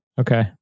Okay